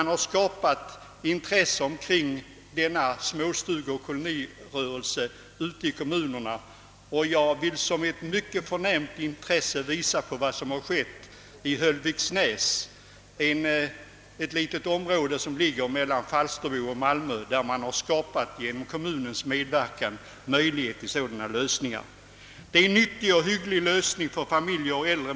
Det har skapats uppslutning kring denna nya småstugeoch kolonirörelse i kommunerna, och jag vill här som exempel nämna om vad som ägt rum i Höllviksnäs — ett litet område mellan Falsterbo och Malmö — där man genom kommunens medverkan möjliggjort utomordentliga lösningar.